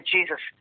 Jesus